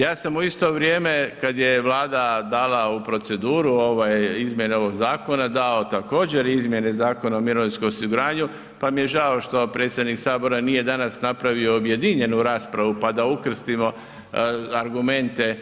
Ja sam u isto vrijeme kad je Vlada dala u proceduru izmjene ovog zakona dao također izmjene Zakona o mirovinskom osiguranju što predsjednik sabora nije danas napravio objedinjenu raspravu pa da ukrstimo argumente